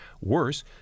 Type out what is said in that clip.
worse